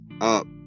up